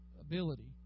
ability